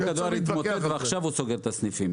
בנק הדואר התמוטט ועכשיו הוא סוגר את הסניפים.